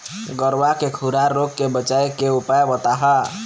गरवा के खुरा रोग के बचाए के उपाय बताहा?